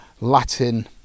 Latin